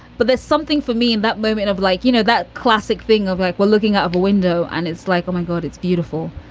but there's something for me in that moment of like, you know, that classic thing of like, well, looking out of a window and it's like, oh my god, it's beautiful.